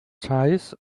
ties